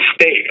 state